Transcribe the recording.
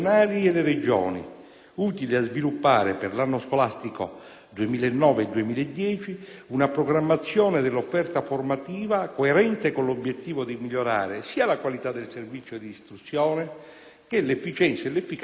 utili a sviluppare, per l'anno scolastico 2009-2010, una programmazione dell'offerta formativa coerente con l'obiettivo di migliorare sia la qualità del servizio d'istruzione che l'efficienza e l'efficacia della stessa.